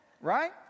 Right